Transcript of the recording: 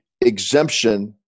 exemption